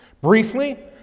Briefly